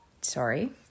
Sorry